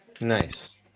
Nice